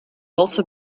also